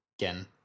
again